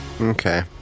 Okay